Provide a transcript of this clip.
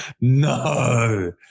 no